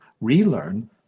relearn